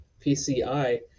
PCI